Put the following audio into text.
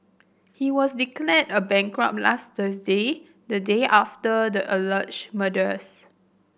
he was declared a bankrupt last Thursday the day after the alleged murders